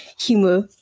humor